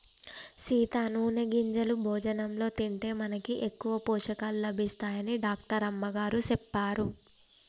సీత నూనె గింజలు భోజనంలో తింటే మనకి ఎక్కువ పోషకాలు లభిస్తాయని డాక్టర్ అమ్మగారు సెప్పారు